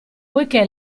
poiché